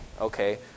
Okay